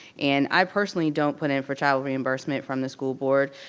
and i personally don't put in for travel reimbursement from the school board,